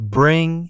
bring